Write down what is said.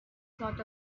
sort